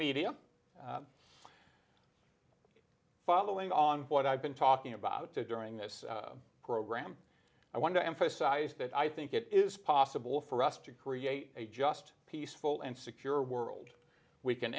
media following on what i've been talking about during this program i want to emphasize that i think it is possible for us to create a just peaceful and secure world we can